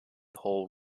hole